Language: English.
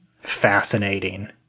fascinating